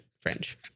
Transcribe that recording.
French